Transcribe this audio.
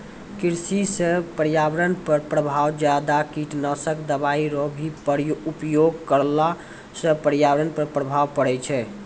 कृषि से पर्यावरण पर प्रभाव ज्यादा कीटनाशक दवाई रो भी उपयोग करला से पर्यावरण पर प्रभाव पड़ै छै